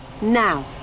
Now